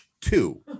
two